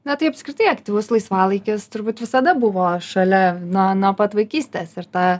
na tai apskritai aktyvus laisvalaikis turbūt visada buvo šalia na nuo pat vaikystės ir ta